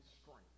strength